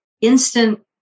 instant